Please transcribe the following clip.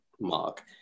mark